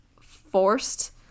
forced